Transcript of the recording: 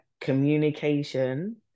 communication